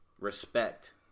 respect